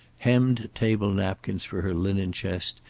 hemmed table napkins for her linen chest,